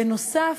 בנוסף,